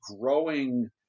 growing